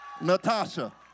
Natasha